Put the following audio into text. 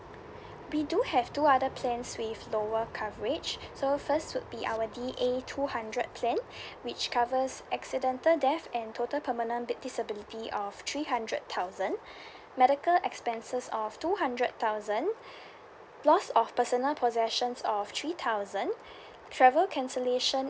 we do have two other plans with lower coverage so first would be our D_A two hundred plan which covers accidental death and total permanent big disability of three hundred thousand medical expenses of two hundred thousand loss of personal possessions of three thousand travel cancellation